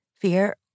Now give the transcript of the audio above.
fear